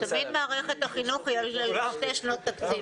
תמיד מערכת החינוך היא על פני שתי שנות תקציב.